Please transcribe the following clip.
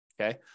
okay